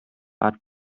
but